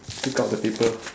take out the paper